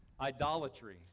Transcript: idolatry